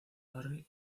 barry